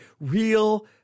real